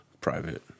private